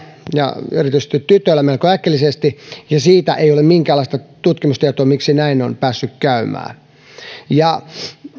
ja erityisesti tytöillä melko äkillisesti ja siitä ei ole minkäänlaista tutkimustietoa miksi näin on päässyt käymään